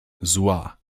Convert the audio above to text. zła